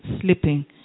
sleeping